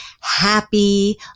happy